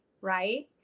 Right